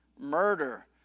murder